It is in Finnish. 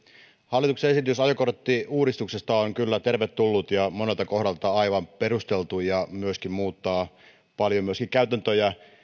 hallituksen esitys ajokorttiuudistuksesta on kyllä tervetullut ja monelta kohdalta aivan perusteltu ja muuttaa paljon myöskin käytäntöjä